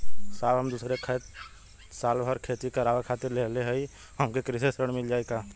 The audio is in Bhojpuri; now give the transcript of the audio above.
साहब हम दूसरे क खेत साल भर खेती करावे खातिर लेहले हई हमके कृषि ऋण मिल जाई का?